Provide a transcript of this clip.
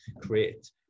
create